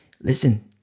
listen